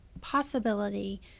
possibility